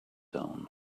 own